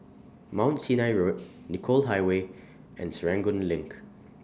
Mount Sinai Road Nicoll Highway and Serangoon LINK